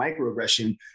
microaggression